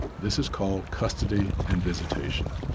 this is called custody and visitation.